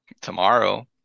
tomorrow